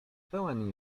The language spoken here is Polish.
pełen